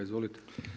Izvolite.